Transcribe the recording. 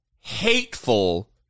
hateful